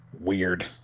Weird